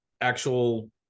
actual